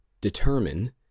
determine